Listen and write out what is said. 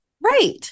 Right